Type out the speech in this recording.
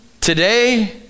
today